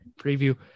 preview